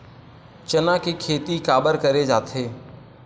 चना के खेती काबर करे जाथे?